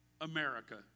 America